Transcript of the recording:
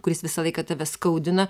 kuris visą laiką tave skaudina